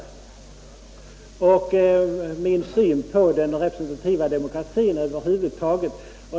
Han undrar om det är mina egna åsikter liksom han ställer sig undrande till min syn på den representativa demokratin över huvud taget.